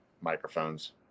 microphones